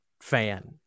fan